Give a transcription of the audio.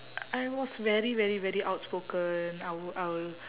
I was very very very outspoken I would I will